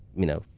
you know,